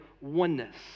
oneness